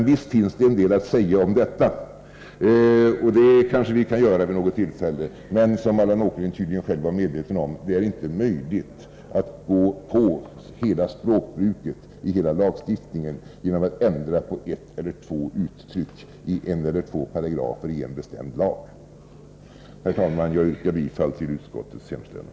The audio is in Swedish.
Visst finns det en del att säga om detta, och det kanske vi kan göra vid något tillfälle. Men som Allan Åkerlind tydligen själv var medveten om, är det inte möjligt att ge sig på hela språkbruket i lagstiftningen genom att ändra på ett eller två uttryck i en eller två paragrafer i en bestämd lag. Herr talman! Jag yrkar bifall till utskottets hemställan.